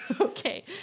Okay